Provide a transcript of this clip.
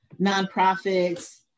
nonprofits